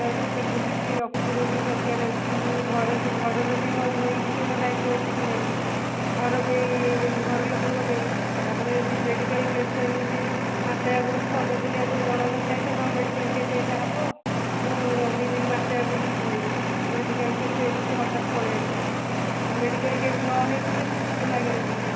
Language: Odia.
ତ ସେଇଟା ବୁଝୁଛି ଅଫିସରେ ବି ଦରକାର ଅଛି କିନ୍ତୁ ଘରବି ଘରର ବି ମୋ ପାଇଁ କିଛି ଗୋଟେ ଦାୟିତ୍ୱ ଅଛି କି ନାଇଁ ଘର ବି ଘର ଲୋକଙ୍କ ପାଇଁ ତାପରେ ବି ମେଡ଼ିକାଲ କେସ୍ ପାଇଁ ମୁଁ ଠିକ୍ ମାସେ ଆଗରୁ କି ପନ୍ଦର ଦିନ ଆଗରୁ ଜଣାନଥାଏ ଯେ ହଁ ମେଡ଼ିକାଲ କେସ୍ ଏଇଟା ହେବ ମୁଁ ଦୁଇ ଦିନ ମାସେ ଆଗରୁ ଛୁଟି ନେବି ବୋଲି ମେଡ଼ିକାଲ କେସ୍ ଏମିତି ହଠାତ୍ ପଳେଇଆସେ ମେଡ଼ିକାଲ କେସ୍ ନହେଇଥିଲେ ମୁଁ ଛୁଟି ମାଗିନଥାନ୍ତି